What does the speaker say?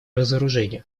разоружению